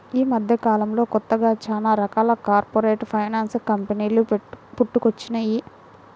యీ మద్దెకాలంలో కొత్తగా చానా రకాల కార్పొరేట్ ఫైనాన్స్ కంపెనీలు పుట్టుకొచ్చినియ్యి